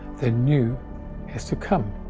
the new has to come.